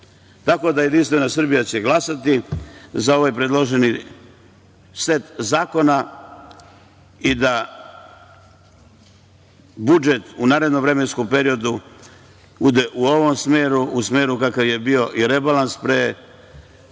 Srbije. Jedinstvena Srbija će glasati za ovaj predloženi set zakona i da budžet u narednom vremenskom periodu bude u ovom smeru, u smeru kakav je bio i rebalans pre